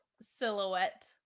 silhouette